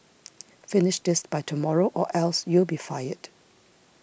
finish this by tomorrow or else you'll be fired